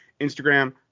Instagram